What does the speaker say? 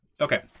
Okay